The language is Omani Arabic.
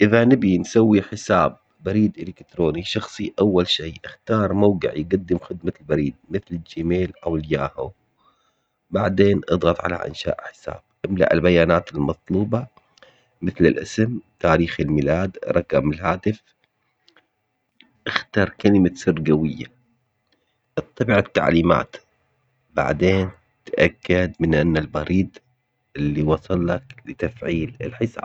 إذا نبي نسوي حساب بريد إلكتروني شخصي أول شي اختارموقع يقدم خدمة البريد مثل الجيميل أو الياهو، بعدين اضغط على إنشاء حساب املأ البيانات المطلوبة مثل الاسم تاريخ الميلاد، رقم الهاتف، اختر كلمة سر قوية اتبع التعليمات بعدين تأكد من إنه البريد اللي وصل لك لتفعيل الحساب.